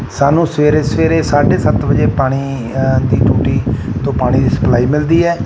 ਸਾਨੂੰ ਸਵੇਰੇ ਸਵੇਰੇ ਸਾਢ਼ੇ ਸੱਤ ਵਜੇ ਪਾਣੀ ਦੀ ਟੂਟੀ ਤੋਂ ਪਾਣੀ ਦੀ ਸਪਲਾਈ ਮਿਲਦੀ ਹੈ